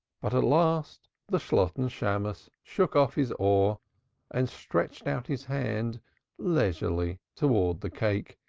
but at last the shalotten shammos shook off his awe and stretched out his hand leisurely towards the cake,